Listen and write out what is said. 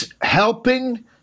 helping